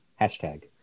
Hashtag